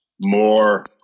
more